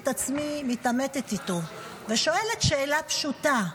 את עצמי מתעמתת איתו ושואלת שאלה פשוטה: